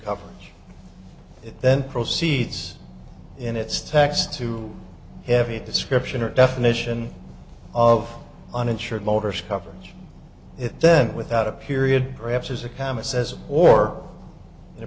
coverage it then proceeds in it's taxed too heavy description or definition of uninsured motorist coverage it then without a period perhaps as a comma says or in the